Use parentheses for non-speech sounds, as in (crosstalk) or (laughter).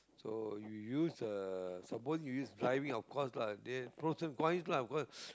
so you use a suppose you use driving of course lah there pros and coins lah cause (breath)